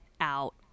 out